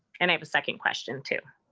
and i have a second question too.